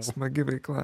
smagi veikla